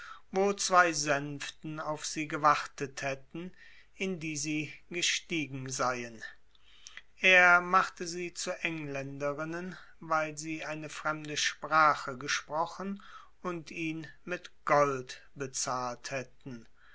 wo zwei sänften auf sie gewartet hätten in die sie gestiegen seien er machte sie zu engländerinnen weil sie eine fremde sprache gesprochen und ihn mit gold bezahlt hätten